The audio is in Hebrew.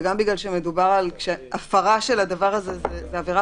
וגם בגלל שמדובר על כך שהפרה של הדבר הזה זו עבירה